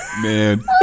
man